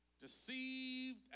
deceived